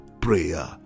prayer